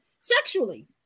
sexually